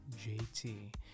JT